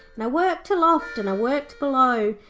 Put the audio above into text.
and i worked aloft and i worked below,